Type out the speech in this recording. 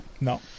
No